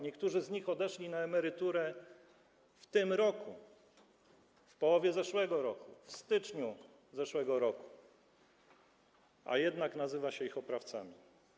Niektórzy z nich odeszli na emeryturę w tym roku, w połowie zeszłego roku, w styczniu zeszłego roku, a jednak nazywa się ich oprawcami.